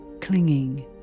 clinging